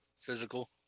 physical